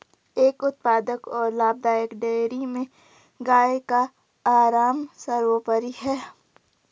एक उत्पादक और लाभदायक डेयरी में गाय का आराम सर्वोपरि है